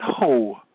No